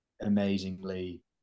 amazingly